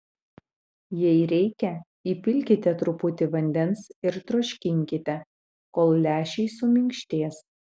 jei reikia įpilkite truputį vandens ir troškinkite kol lęšiai suminkštės